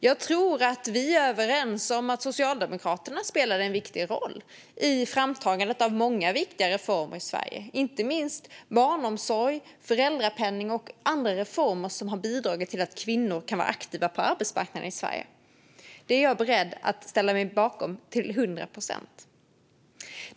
Jag tror att vi är överens om att Socialdemokraterna spelat en viktig roll i framtagandet av många viktiga reformer i Sverige, inte minst barnomsorg, föräldrapenning och andra reformer som har bidragit till att kvinnor kan vara aktiva på arbetsmarknaden i Sverige. Det är jag beredd att ställa mig bakom till hundra procent.